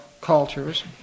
cultures